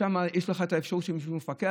שם יש לך את האפשרות שמישהו יפקח,